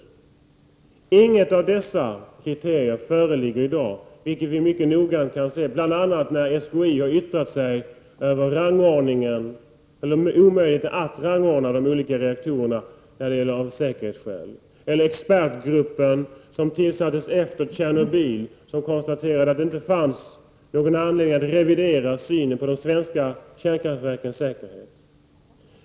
Inget av dessa kriterier föreligger i dag, vilket klart framgår av bl.a. SKI:s yttrande om att det är omöjligt att rangordna de olika reaktorena i fråga om säkerheten. Det framgår även av den expertgrupp som tillsattes efter Tjernobylolyckan och som konstaterade att det inte fanns någon anledning att revidera synen på de svenska kärnkraftverkens säkerhet.